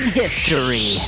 history